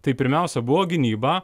tai pirmiausia buvo gynyba